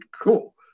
cool